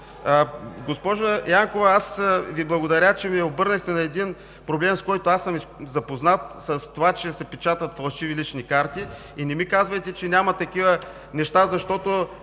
Госпожо Янкова, аз Ви благодаря, че обърнахте внимание на един проблем, с който аз съм запознат, с това, че се печатат фалшиви лични карти, и не ми казвайте, че няма такива неща, защото